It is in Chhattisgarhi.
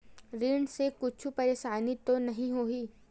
ऋण से कुछु परेशानी तो नहीं होही?